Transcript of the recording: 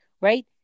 right